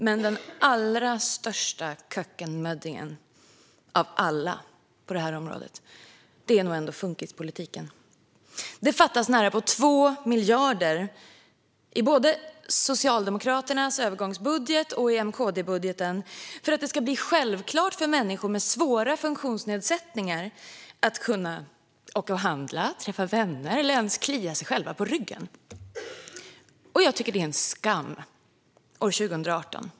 Men den allra största kökkenmöddingen på det här området är ändå funkispolitiken. Det fattas närapå 2 miljarder i både Socialdemokraternas övergångsbudget och i M-KD-budgeten för att det ska bli självklart för människor med svåra funktionsnedsättningar att åka och handla, träffa vänner eller ens klia sig själva på ryggen. Jag tycker att detta är en skam år 2018!